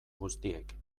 guztiek